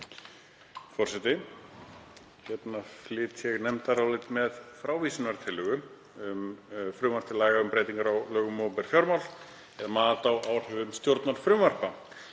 Forseti. Ég flyt hér nefndarálit með frávísunartillögu um frumvarp til laga um breytingu á lögum um opinber fjármál, mat á áhrifum stjórnarfrumvarpa.